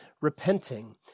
repenting